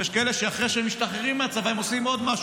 יש כאלה שאחרי שהם משתחררים מהצבא הם עושים עוד משהו,